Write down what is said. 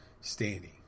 standing